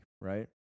right